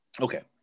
Okay